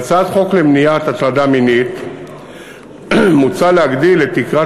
בהצעת חוק למניעת הטרדה מינית מוצע להגדיל את תקרת